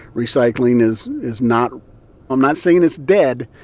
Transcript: recycling is is not i'm not saying it's dead,